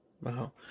Wow